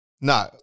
No